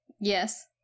Yes